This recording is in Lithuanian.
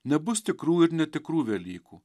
nebus tikrų ir netikrų velykų